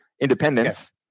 independence